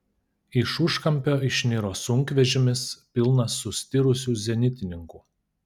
iš užkampio išniro sunkvežimis pilnas sustirusių zenitininkų